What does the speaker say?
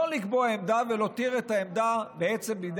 לא לקבוע עמדה ולהותיר את העמדה בעצם בידי